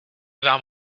vám